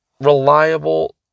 reliable